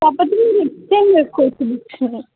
కాకపొతే మీరు ఎక్స్చేంజ్ చేసుకోవచ్చు బుక్స్ని